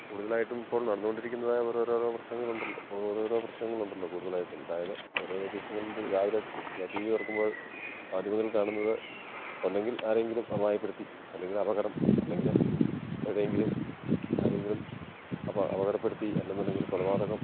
കൂടുതലായിട്ടും ഇപ്പോൾ നടന്നുകൊണ്ടിരിക്കുന്നതായ ഓരോരോ പ്രശ്നങ്ങളുണ്ടല്ലോ ഓരോരോ പ്രശ്നങ്ങളുണ്ടല്ലോ കൂടുതലായിട്ടും അതായത് ഓരോരോ ദിവസങ്ങളും രാവിലെ ടീ വി തുറക്കുമ്പോൾ മാധ്യമങ്ങൾ കാണുന്നത് ഒന്നെങ്കിൽ ആരെയെങ്കിലും അപായപ്പെടുത്തി അല്ലെങ്കിൽ അപകടം അല്ലെങ്കിൽ എവിടെയെങ്കിലും ആരെയെങ്കിലും അപകടപ്പെടുത്തി അല്ലെന്നുണ്ടെങ്കിൽ കൊലപാതകം